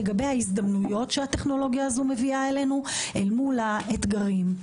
לגבי ההזדמנויות שהטכנולוגיה הזו מביאה אלינו אל מול האתגרים.